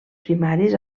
primaris